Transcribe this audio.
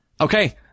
okay